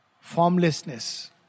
Formlessness